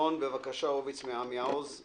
דורן אוביץ ממושב עמיעוז,